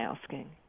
asking